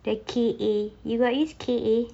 the K_A you got use K_A